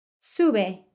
Sube